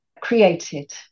created